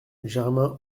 germain